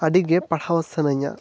ᱟᱹᱰᱤ ᱜᱮ ᱯᱟᱲᱦᱟᱣ ᱥᱟᱱᱟᱹᱧᱟ